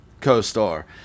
co-star